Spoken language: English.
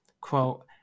quote